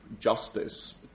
justice